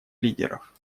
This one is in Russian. лидеров